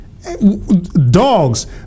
Dogs